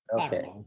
Okay